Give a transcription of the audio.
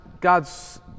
God's